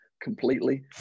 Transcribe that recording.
completely